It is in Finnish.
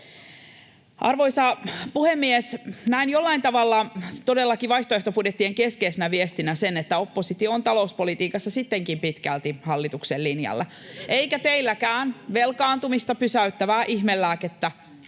Arvoisa puhemies! Näen jollain tavalla todellakin vaihtoehtobudjettien keskeisenä viestinä sen, että oppositio on talouspolitiikassa sittenkin pitkälti hallituksen linjalla, eikä teilläkään velkaantumista pysäyttävää ihmelääkettä